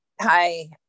Hi